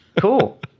cool